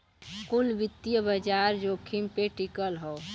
कुल वित्तीय बाजार जोखिम पे टिकल हौ